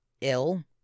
ill